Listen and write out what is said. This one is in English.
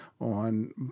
on